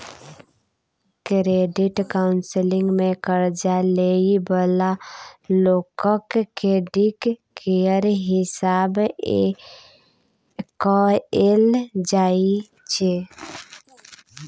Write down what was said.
credit counselling मे कर्जा लइ बला लोकक क्रेडिट केर हिसाब कएल जाइ छै